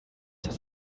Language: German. das